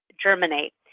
germinate